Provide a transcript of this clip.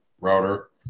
router